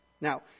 Now